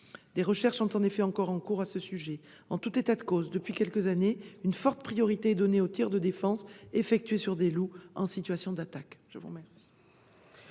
Des recherches sont encore en cours à ce sujet. En tout état de cause, depuis quelques années, priorité est donnée aux tirs de défense effectués sur des loups en situation d'attaque.